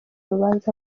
rubanza